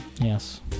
Yes